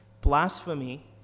Blasphemy